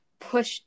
push